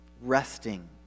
resting